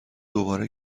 دوباره